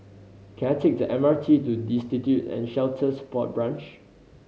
can I take the M R T to Destitute and Shelter Support Branch